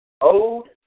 Old